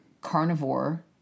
carnivore